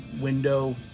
window